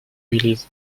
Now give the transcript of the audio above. release